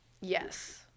Yes